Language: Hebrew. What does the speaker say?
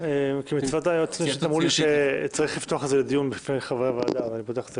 אני פותח את הדיון בפני חברי הוועדה.